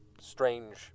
strange